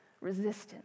resistance